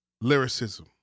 lyricism